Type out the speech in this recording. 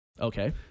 Okay